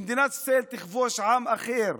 שמדינת ישראל תכבוש עם אחר,